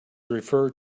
referred